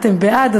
אתן בעד?